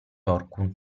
zorqun